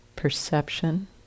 perception